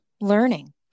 learning